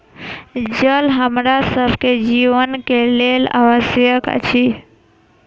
जल हमरा सभ के जीवन के लेल आवश्यक अछि